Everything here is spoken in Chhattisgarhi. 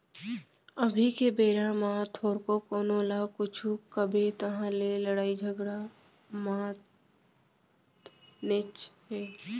अभी के बेरा म थोरको कोनो ल कुछु कबे तहाँ ले लड़ई झगरा मातनेच हे